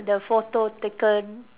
the photo taken